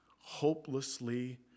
hopelessly